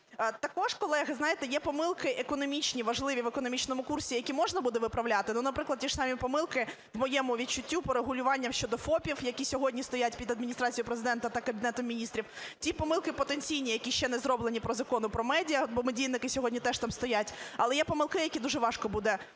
Також, колеги, знаєте, є помилки економічні, важливі в економічному курсі, які можна буде виправляти. Ну, наприклад, ті ж самі помилки, в моєму відчуттю, по регулюванням щодо ФОПів, які сьогодні стоять під Адміністрацією Президента та Кабінетом Міністрів, ті помилки потенційні, які ще не зроблені по Закону про медіа, бо медійники сьогодні теж там стоять. Але є помилки, які дуже важко буде виправляти.